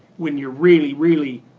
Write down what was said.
when you're really, really